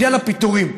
בעניין הפיטורין,